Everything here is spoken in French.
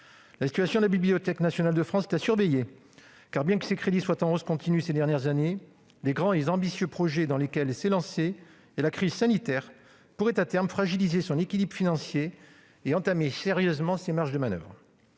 La situation de la Bibliothèque nationale de France est à surveiller. En effet, bien que ses crédits soient en hausse continue ces dernières années, les grands et ambitieux projets dans lesquels elle s'est lancée, ainsi que la crise sanitaire, pourraient à terme fragiliser son équilibre financier et entamer sérieusement ses marges de manoeuvre.